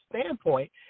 standpoint